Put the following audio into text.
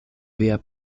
via